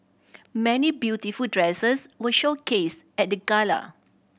many beautiful dresses were showcased at the gala